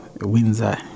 Windsor